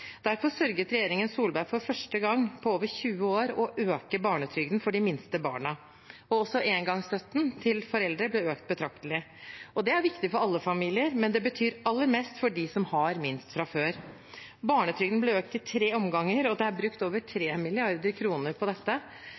Derfor sørget regjeringen Solberg for for første gang på over 20 år å øke barnetrygden for de minste barna. Også engangsstøtten til foreldre ble økt betraktelig. Det er viktig for alle familier, men betyr aller mest for dem som har minst fra før. Barnetrygden ble økt i tre omganger, og det er brukt over 3 mrd. kr på dette.